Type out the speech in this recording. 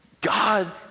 God